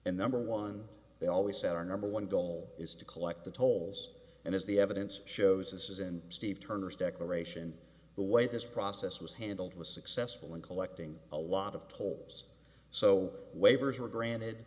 and number one they always said our number one goal is to collect the tolls and as the evidence shows this is in steve turner's declaration the way this process was handled was successful in collecting a lot of tolls so waivers were granted